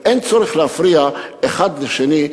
אין צורך להפריע אחד לשני.